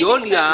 --- יוליה,